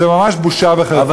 זו ממש בושה וחרפה.